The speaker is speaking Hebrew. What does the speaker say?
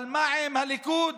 אבל מה עם הליכוד